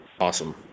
Awesome